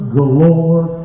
galore